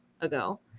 ago